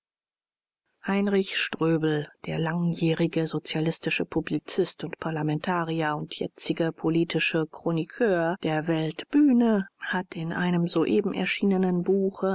heinrich ströbel der langjährige sozialistische publizist und parlamentarier und jetzige politische chroniqueur der weltbühne hat in einem soeben erschienenen buche